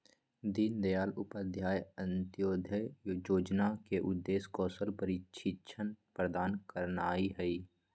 दीनदयाल उपाध्याय अंत्योदय जोजना के उद्देश्य कौशल प्रशिक्षण प्रदान करनाइ हइ